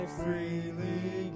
freely